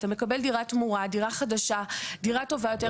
אתה מקבל דירת תמורה, דירה חדשה, דירה טובה יותר.